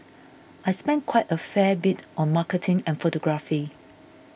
I spend quite a fair bit on marketing and photography